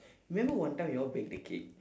remember one time you all bake the cake